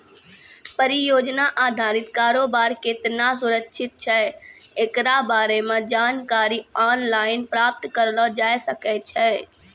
परियोजना अधारित कारोबार केतना सुरक्षित छै एकरा बारे मे जानकारी आनलाइन प्राप्त करलो जाय सकै छै